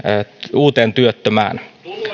uuteen työttömään